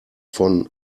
von